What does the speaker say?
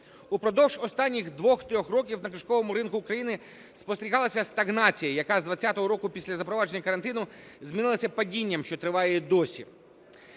У продовж останніх 2-3 років на книжковому ринку України спостерігалася стагнація, яка з 20-го року після запровадження карантину змінилася падінням, що триває і досі.